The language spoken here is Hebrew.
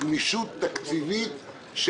גמישות תקציבית,